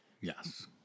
Yes